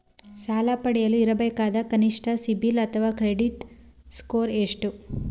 ಸಾಲ ಪಡೆಯಲು ಇರಬೇಕಾದ ಕನಿಷ್ಠ ಸಿಬಿಲ್ ಅಥವಾ ಕ್ರೆಡಿಟ್ ಸ್ಕೋರ್ ಎಷ್ಟು?